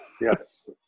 yes